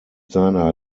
seiner